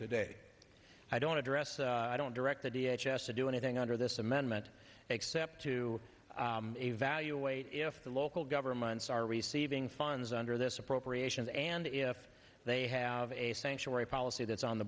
today i don't address i don't direct the d h s s do anything under this amendment except to evaluate if the local governments are receiving funds under this appropriations and if they have a sanctuary policy that's on the